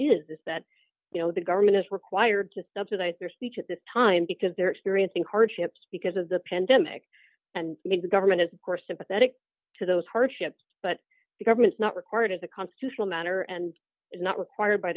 here is that you know the government is required to subsidize their speech at this time because they're experiencing hardships because of the pandemic and big government of course sympathetic to those hardships but the government's not required as a constitutional matter and is not required by